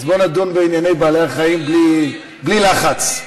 אז בואו נדון בענייני בעלי-החיים בלי לחץ.